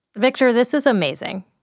victor, this is amazing